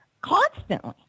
constantly